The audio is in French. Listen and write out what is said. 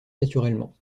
naturellement